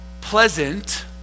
pleasant